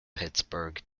pittsburgh